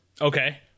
Okay